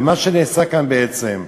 ומה שנעשה כאן בעצם,